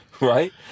right